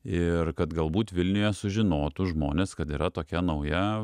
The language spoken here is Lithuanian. ir kad galbūt vilniuje sužinotų žmonės kad yra tokia nauja